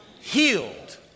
healed